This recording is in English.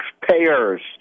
taxpayers